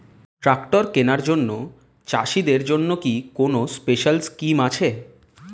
Tractor কেনার জন্য চাষিদের জন্য কি কোনো স্পেশাল স্কিম আছে?